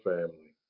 Family